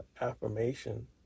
affirmation